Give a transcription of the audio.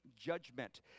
judgment